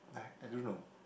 I I don't know